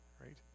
right